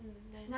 mm then